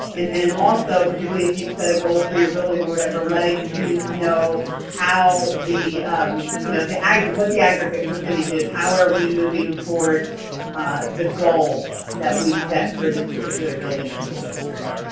and then also, particularly if you've set a goal for your building or whatever, letting students know how the you know the what the aggregate percentage is, how are we moving toward the goal that we've set for this particular building or school district.